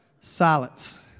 Silence